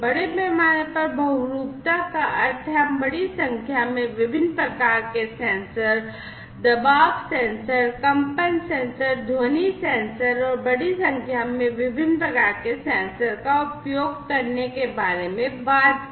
बड़े पैमाने पर बहुरूपता का अर्थ है हम बड़ी संख्या में विभिन्न प्रकार के सेंसर दबाव सेंसर कंपन सेंसर ध्वनि सेंसर और बड़ी संख्या में विभिन्न प्रकार के सेंसर का उपयोग करने के बारे में बात कर रहे हैं